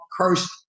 cursed